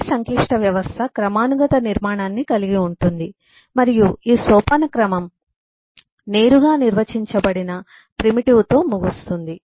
ప్రతి సంక్లిష్ట వ్యవస్థ క్రమానుగత నిర్మాణాన్ని కలిగి ఉంటుంది మరియు ఈ సోపానక్రమం నేరుగా నిర్వచించబడిన ప్రిమిటివ్ లో ముగుస్తుంది